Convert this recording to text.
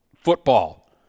football